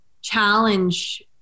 challenge